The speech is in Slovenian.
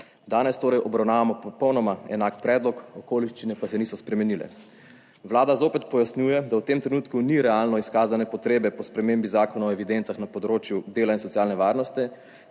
Danes torej obravnavamo popolnoma enak predlog, okoliščine pa se niso spremenile. Vlada zopet pojasnjuje, da v tem trenutku ni realno izkazane potrebe po spremembi Zakona o evidencah na področju dela in socialne varnosti